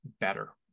better